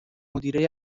مدیره